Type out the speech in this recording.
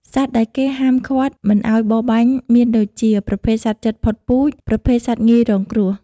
សត្វដែលគេហាមឃាត់មិនឲ្យបរបាញ់មមានដូចជា ប្រភេទសត្វជិតផុតពូជ ប្រភេទសត្វងាយរងគ្រោះ។